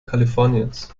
kaliforniens